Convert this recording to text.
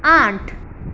આઠ